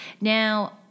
Now